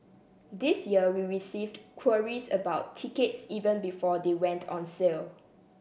this year we received queries about tickets even before they went on sale